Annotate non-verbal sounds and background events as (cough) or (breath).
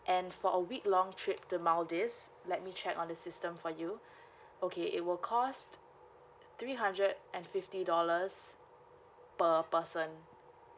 and for a week long trip to maldives let me check on the system for you (breath) okay it will cost three hundred and fifty dollars per person